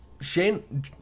Shane